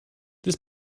this